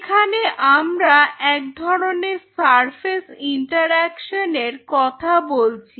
এখানে আমরা এক ধরনের সারফেস ইন্টারঅ্যাকশন এর কথা বলছি